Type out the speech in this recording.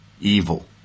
evil